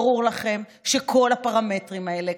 ברור לכם שכל הפרמטרים האלה,